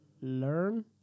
learn